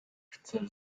chcesz